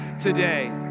today